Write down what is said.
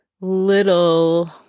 Little